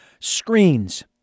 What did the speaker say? Screens